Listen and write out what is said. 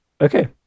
Okay